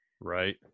Right